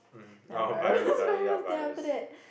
hmm oh virus virus yea virus